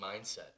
mindset